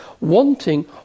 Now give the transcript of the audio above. wanting